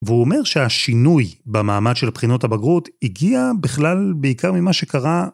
והוא אומר שהשינוי במעמד של בחינות הבגרות הגיע בכלל בעיקר ממה שקרה.